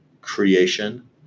creation